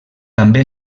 també